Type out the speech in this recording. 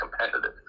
competitive